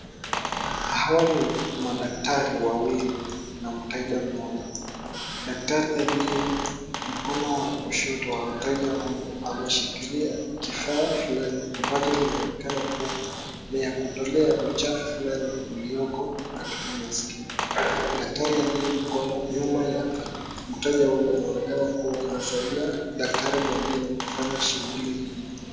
Hawa ni madaktari wawili na mteja mmoja. Daktari aliye mkono wa kushoto wa mteja huyu ameshikilia kifaa fulani ambacho kinaonekana kua ni ya kutolea uchafu fulani ulioko katika maskio. Daktari aliye mkoni, nyuma ya mteja huyo anaonekana kua anasaidia daktari mwingine kufanya shughuli hiyo